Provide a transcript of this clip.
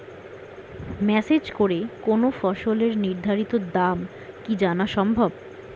Message করে কোন ফসলের নির্ধারিত দাম কি জানা সম্ভব?